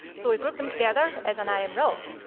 so we group them together as an iam role.